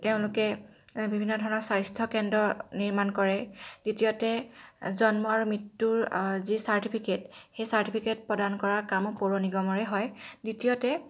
তেওঁলোকে বিভিন্ন ধৰণৰ স্বাস্থ্য কেন্দ্ৰ নিৰ্মান কৰে দ্বিতীয়তে জন্ম আৰু মৃত্যুৰ যি চাৰ্টিফিকেট সেই চাৰ্টিফিকেট প্ৰদান কৰা কামো পৌৰ নিগমৰে হয় দ্বিতীয়তে